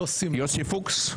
יוסי פוקס.